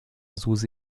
susi